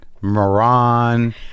Moran